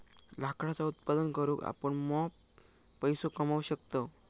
लाकडाचा उत्पादन करून आपण मॉप पैसो कमावू शकतव